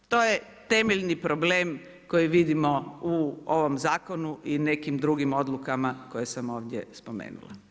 To je temeljni problem koji vidimo u ovom zakonu i nekim drugim odlukama koje sam ovdje spomenula.